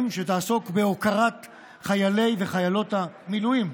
שתעסוק בהוקרת חיילי וחיילות המילואים.